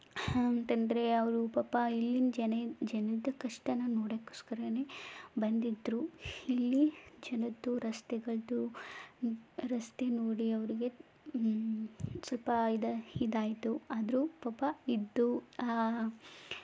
ಯಾಕೆಂದರೆ ಅವರು ಪಾಪ ಇಲ್ಲಿನ ಜನ ಜನದ ಕಷ್ಟನ ನೋಡೋಕ್ಕೋಸ್ಕರನೇ ಬಂದಿದ್ದರು ಇಲ್ಲಿ ಜನದ್ದು ರಸ್ತೆಗಳಳದ್ದು ರಸ್ತೆ ನೋಡಿ ಅವರಿಗೆ ಸ್ವಲ್ಪ ಇದು ಇದಾಯಿತು ಆದರೂ ಪಾಪ ಇದ್ದು